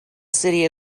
city